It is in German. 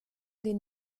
den